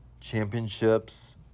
championships